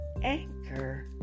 Anchor